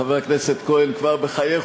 חבר הכנסת כהן כבר מחייך,